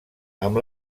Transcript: amb